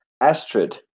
Astrid